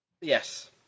Yes